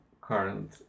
current